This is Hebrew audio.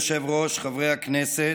אדוני היושב-ראש, חברי הכנסת,